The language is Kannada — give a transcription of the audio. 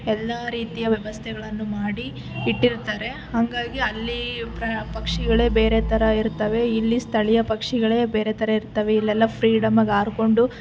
ಎಲ್ಲ ರೀತಿಯ ವ್ಯವಸ್ಥೆಗಳನ್ನೂ ಮಾಡಿ ಇಟ್ಟಿರ್ತಾರೆ ಹಾಗಾಗಿ ಅಲ್ಲಿ ಪಕ್ಷಿಗಳೇ ಬೇರೆ ಥರ ಇರ್ತವೆ ಇಲ್ಲಿ ಸ್ಥಳೀಯ ಪಕ್ಷಿಗಳೇ ಬೇರೆ ಥರ ಇರ್ತವೆ ಇಲ್ಲೆಲ್ಲ ಫ್ರೀಡಮ್ಮಾಗಿ ಹಾರ್ಕೊಂಡು